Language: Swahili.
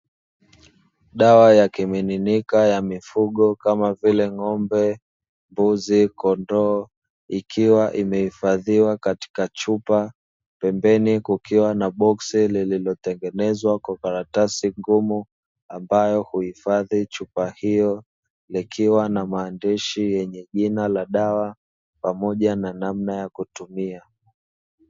Dawa ya kimiminika ya mifugo kama vile ng'ombe, mbuzi, kondoo ikiwa imehifadhiwa katika chupa pembeni kukiwa na boksi lililotengenezwa kwa karatasi ngumu ambayo huifadhi chupa hiyo likiwa na maandishi yenye jina ya dawa pamoja na namna ya kutumia.